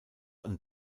und